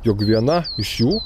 jog viena iš jų